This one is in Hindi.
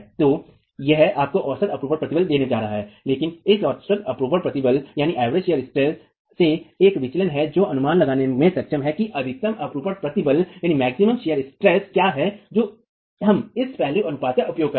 तो यह आपको औसत अपरूपण प्रतिबल देने जा रहा है लेकिन इस औसत अपरूपण प्रतिबल से एक विचलन है जो अनुमान लगाने में सक्षम है कि अधिकतम अपरूपण प्रतिबल क्या है जो हम इस पहलू अनुपात का उपयोग करते हैं